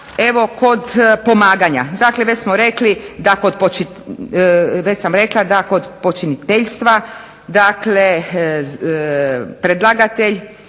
evo kod pomaganja. Dakle već sam rekla da kod počiniteljstva dakle predlagatelj